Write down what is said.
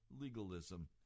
legalism